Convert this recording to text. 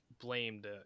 blamed